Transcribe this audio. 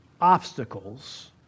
obstacles